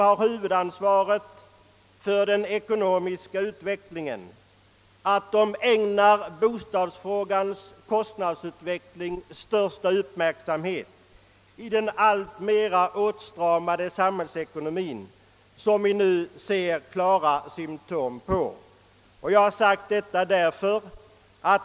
har huvudansvaret för den ekonomiska politiken, ägnar kostnadsutvecklingen på bostadsområdet den största uppmärksamhet med tanke på den åtstramning inom samhällsekonomin som man nu kan se klara tecken på.